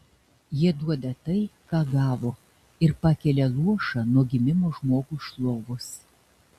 jie duoda tai ką gavo ir pakelia luošą nuo gimimo žmogų iš lovos